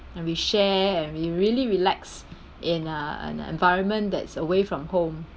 and we share and we really relax in a an environment that's away from home